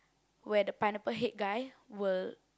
where the Pineapple Head guy will